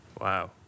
Wow